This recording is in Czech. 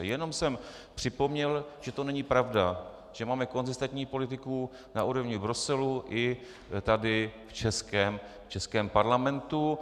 Jenom jsem připomněl, že to není pravda, že máme konzistentní politiku na úrovni Bruselu i tady v českém parlamentu.